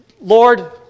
Lord